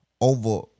over